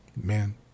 Man